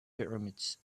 pyramids